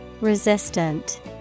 Resistant